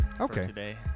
Okay